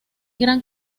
gran